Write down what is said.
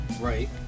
right